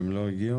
הם לא הגיעו?